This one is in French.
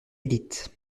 élite